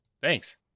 thanks